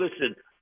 listen